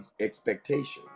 expectations